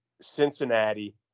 Cincinnati